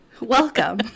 Welcome